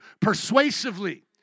persuasively